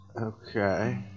Okay